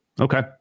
okay